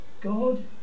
God